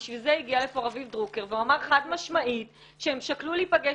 בשביל זה הגיע לפה רביב דרוקר והוא אמר חד משמעית שהן שקלו להיפגש